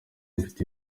mfite